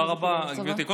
תודה רבה, גברתי.